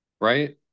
right